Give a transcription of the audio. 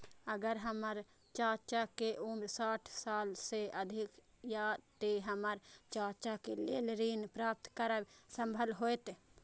अगर हमर चाचा के उम्र साठ साल से अधिक या ते हमर चाचा के लेल ऋण प्राप्त करब संभव होएत?